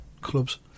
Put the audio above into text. clubs